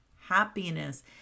happiness